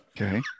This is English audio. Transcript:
Okay